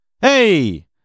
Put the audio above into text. hey